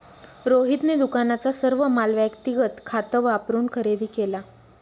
रोहितने दुकानाचा सर्व माल व्यक्तिगत खात वापरून खरेदी केला